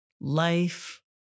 life